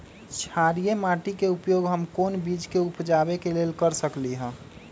क्षारिये माटी के उपयोग हम कोन बीज के उपजाबे के लेल कर सकली ह?